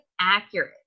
accurate